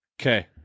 Okay